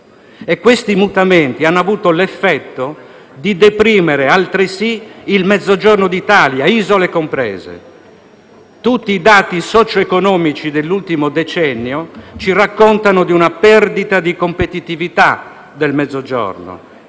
Questi mutamenti hanno avuto l'effetto di deprimere altresì il Mezzogiorno d'Italia, isole comprese. Tutti i dati socio-economici dell'ultimo decennio ci raccontano di una perdita di competitività del Mezzogiorno,